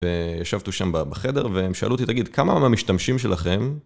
וישבתי שם בחדר, והם שאלו אותי, תגיד, כמה ממשתמשים שלכם?